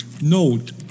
Note